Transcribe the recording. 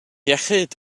iechyd